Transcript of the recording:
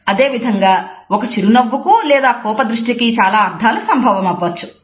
అదేవిధంగా ఒక చిరునవ్వుకు లేదా కోప దృష్టికి చాలా అర్థాలు సంభవమవ్వచ్చు